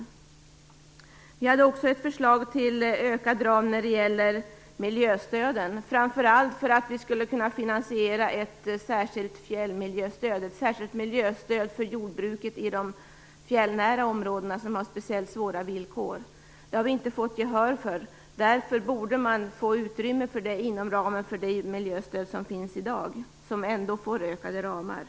Vänsterpartiet hade också ett förslag till ökade ramar för miljöstöden, framför allt för att vi skulle kunna finansiera ett särskilt fjällmiljöstöd, ett miljöstöd för jordbruken i de fjällnära områdena, som har speciellt svåra villkor. Det har vi inte fått gehör för. Därför borde man skapa utrymme för det inom ramen för det miljöstöd som finns i dag och som ändå får ökade ramanslag.